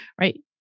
right